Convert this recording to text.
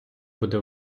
буде